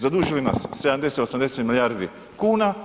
Zadužili nas 70, 80 milijardi kuna.